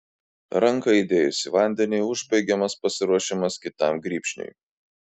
ranką įdėjus į vandenį užbaigiamas pasiruošimas kitam grybšniui